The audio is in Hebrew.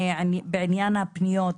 בעניין הפניות,